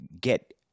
get